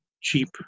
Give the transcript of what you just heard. cheap